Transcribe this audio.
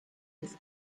des